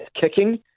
kicking